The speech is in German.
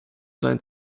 sein